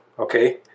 Okay